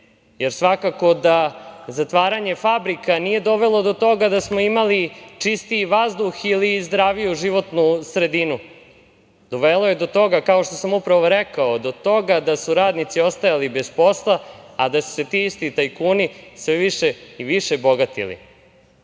jer svakako da zatvaranje fabrika nije dovelo do toga da smo imali čistiji vazduh ili zdraviju životnu sredinu. Dovelo je do toga, kao što sam upravo rekao, do toga da su radnici ostajali bez posla, a da su se ti isti tajkuni sve više i više bogatili. Kada